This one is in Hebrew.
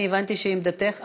אני הבנתי שעמדתך,